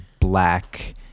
black